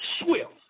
swift